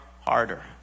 harder